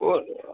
और